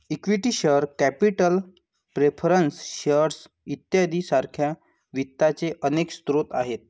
equity share capital preference shares इत्यादी सारख्या वित्ताचे अनेक स्रोत आहेत